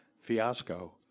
fiasco